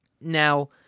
Now